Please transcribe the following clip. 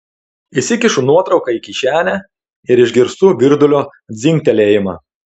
įsikišu nuotrauką į kišenę ir išgirstu virdulio dzingtelėjimą